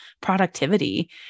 productivity